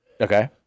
Okay